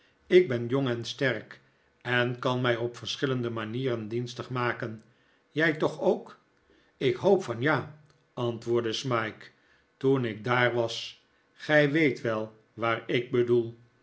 ik ben jong en sterk en kan mij op verschillende manieren dienstig maken jij toch ook ik hoop van ja antwoordde smike toen ik daar was gij weet wel waar ik bedoel